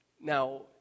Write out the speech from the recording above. Now